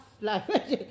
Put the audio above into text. life